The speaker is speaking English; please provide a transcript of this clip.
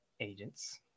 Agents